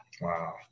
wow